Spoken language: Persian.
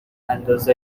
انداز